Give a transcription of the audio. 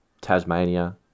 Tasmania